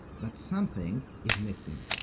but something is missing.